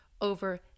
over